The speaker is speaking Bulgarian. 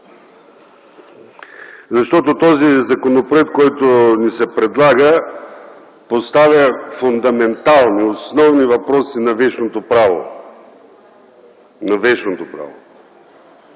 Защото този законопроект, който ни се предлага, поставя фундаментални, основни въпроси на вещното право. Както Ви